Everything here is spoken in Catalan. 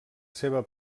seva